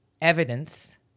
evidence